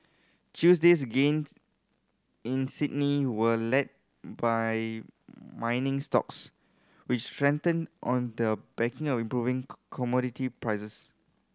Tuesday's gains in Sydney were led by mining stocks which strengthened on the back of improving commodity prices